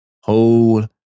hold